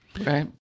Right